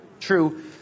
True